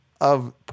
of-